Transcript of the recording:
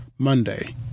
Monday